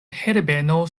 herbeno